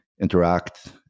interact